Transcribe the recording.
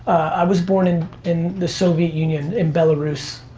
i was born in in the soviet union, in belarus,